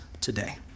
today